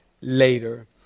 later